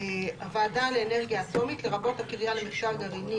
"הוועדה לאנרגיה אטומית" לרבות הקריה למחקר גרעיני